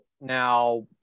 Now